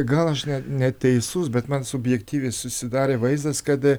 gal aš net neteisus bet man subjektyviai susidarė vaizdas kad